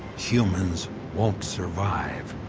humans won't survive,